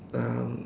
um